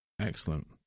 Excellent